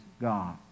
God